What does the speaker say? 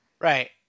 Right